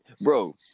Bro